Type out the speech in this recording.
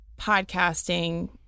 podcasting